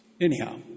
Anyhow